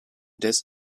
des